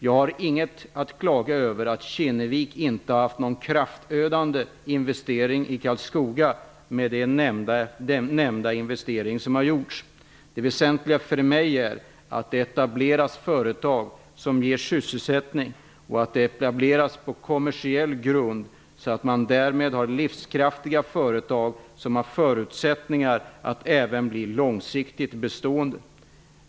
Jag har inget klagomål att anföra mot att den investering som Kinnevik gjort i Karlskoga inte varit någon kraftödande insats. Det väsentliga för mig är att det etableras företag som ger sysselsättning och att det sker på kommersiell grund, så att man därmed får livskraftiga företag som har förutsättningar att bli även långsiktigt bestående.